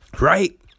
Right